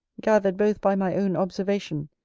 gathered both by my own observation,